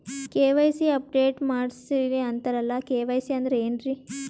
KYC update ಮಾಡಸ್ರೀ ಅಂತರಲ್ಲ KYC ಅಂದ್ರ ಏನ್ರೀ?